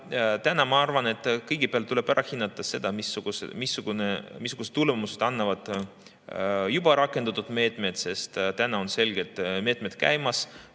Aga ma arvan, et kõigepealt tuleb ära hinnata, missuguse tulemuse annavad juba rakendatud meetmed, sest täna on selgelt meetmed käimas.